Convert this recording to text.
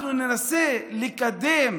אנחנו ננסה לקדם